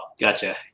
gotcha